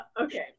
okay